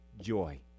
joy